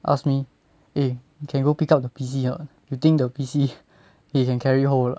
ask me eh we can go pick up the P_C or not you think the P_C you can carry home or not